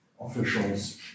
officials